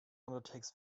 undertakes